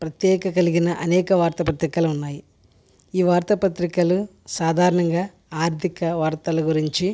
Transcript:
ప్రత్యేక కలిగిన అనేక వార్తాపత్రికలు ఉన్నాయి ఈ వార్త పత్రికలు సాధారణంగా ఆర్థిక వార్తలు గురించి